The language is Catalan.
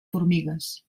formigues